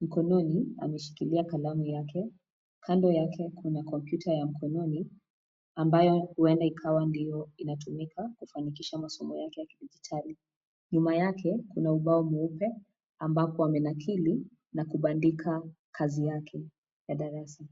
Mkononi ameshikilia kalamu yake. Kando yake, kuna kompyuta ya mkononi; ambayo huenda ikawa ndiyo inatumika kufanikisha masomo yake ya kidijitali. Nyuma yake kuna ubao mweupe ambapo amenakili na kubandika kazi yake ya darasa.